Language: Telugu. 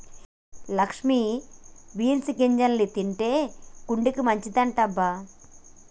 లక్ష్మి బీన్స్ గింజల్ని తింటే గుండెకి మంచిదంటబ్బ